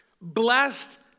blessed